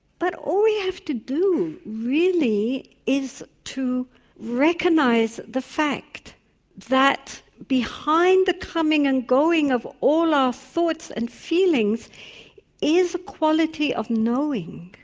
but all we have to do really is to recognise the fact that behind the coming and going of all our thoughts and feelings is a quality of knowing.